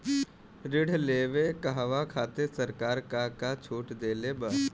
ऋण लेवे कहवा खातिर सरकार का का छूट देले बा?